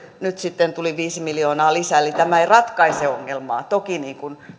nyt sitten tuli viisi miljoonaa lisää eli tämä ei ratkaise ongelmaa toki